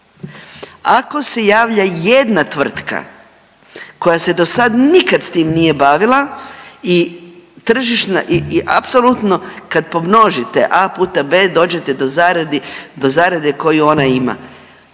ako se javlja jedna tvrtka koja se dosad nikad s tim nije bavila i tržišna i apsolutno kad pomnožite axb dođete do zaradi, do zarade koju ona ima,